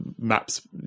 maps